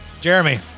Jeremy